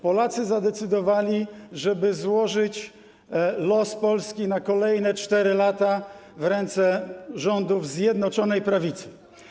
Polacy zadecydowali, żeby złożyć los Polski na kolejne 4 lata w ręce rządów Zjednoczonej Prawicy.